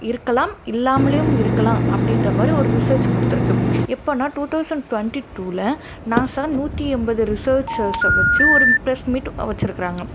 இருக்கலாம் இல்லாமலயும் இருக்கலாம் அப்படின்ற மாதிரி ஒரு ரிசர்ச் கொடுத்துருக்கு எப்பன்னா டூ தௌசண்ட் டுவெண்ட்டி டூல நாசா நூற்று எண்பது ரிசர்ச்சர்ஸை வச்சி ஒரு ப்ரெஸ் மீட் வச்சிருக்குறாங்க